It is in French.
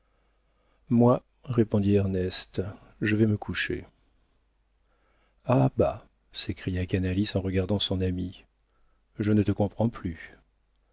moi répondit ernest je vais me coucher ah bah s'écria canalis en regardant son ami je ne te comprends plus